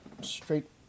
straight